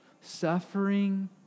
Suffering